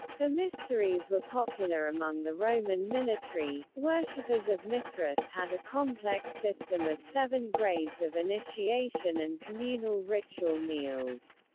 the mysteries were popular among the roman military worshippers of mithras had a complex system of seven grades of initiation and communal ritual meals.